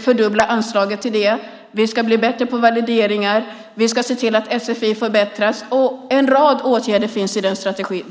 fördubbla anslaget till det. Vi ska bli bättre på valideringar. Vi ska se till att sfi förbättras. En rad åtgärder finns i den strategin.